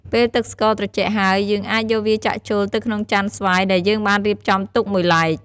ពេលទឹកស្ករត្រជាក់ហើយ យើងអាចយកវាចាក់ចូលទៅក្នុងចានស្វាយដែលយើងបានរៀបចំទុកមួយឡែក។